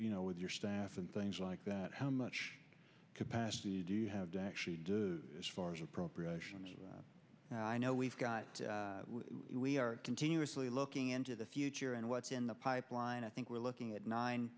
you know with your staff and things like that how much capacity do you have to actually do as far as appropriations i know we've got we are continuously looking into the future and what's in the pipeline i think we're looking at nine